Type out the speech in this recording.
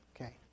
Okay